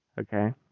okay